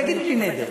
תגיד: בלי נדר.